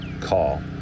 call